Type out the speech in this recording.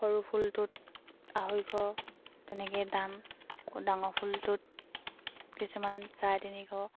সৰু ফুলটোত আঢ়ৈশ তেনেকেই দাম ডাঙৰ ফুলটোত কিছুমান চাৰে তিনিশ